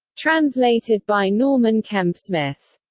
translated by norman kemp smith.